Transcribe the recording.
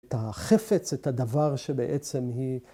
‫את החפץ, ‫את הדבר שבעצם היא...